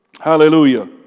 Hallelujah